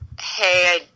hey